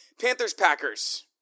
Panthers-Packers